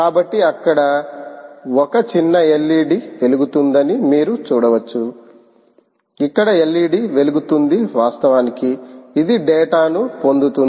కాబట్టి అక్కడ ఒక చిన్న ఎల్ఈడీ వెలుగుతుందని మీరు చూడవచ్చు ఇక్కడ ఎల్ఈడీ వెలుగుతుంది వాస్తవానికి ఇది డేటాను పొందుతోంది